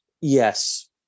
yes